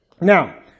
Now